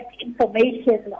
information